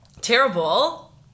terrible